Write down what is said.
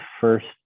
first